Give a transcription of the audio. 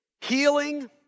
healing